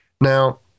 Now